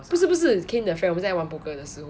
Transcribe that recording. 不是不是 kain 的 friend 我们在玩 poker 的时候